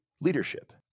leadership